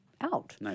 out